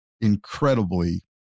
incredibly